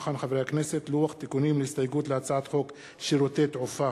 לוח תיקונים להסתייגויות להצעת חוק שירותי תעופה